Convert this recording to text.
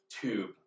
tube